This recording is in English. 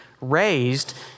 raised